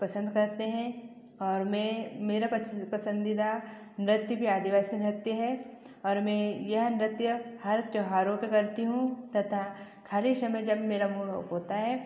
पसंद करते हैं और मैं मेरा पसंदीदा नृत्य भी आदिवासी नृत्य है और मैं यह नृत्य हर त्योहारों पे करती हूँ तथा ख़ाली समय जब मेरा मूड औफ होता है